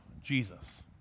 Jesus